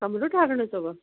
कमिरो ठाहिराइणो अथव